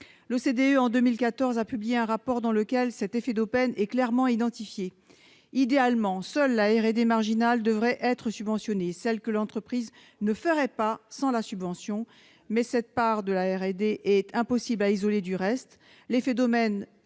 l'OCDE a publié un rapport dans lequel cet effet d'aubaine est clairement identifié :« Idéalement, seule la " RD marginale " devrait être subventionnée- celle que l'entreprise ne ferait pas sans la subvention -, mais cette part de la RD est impossible à isoler du reste.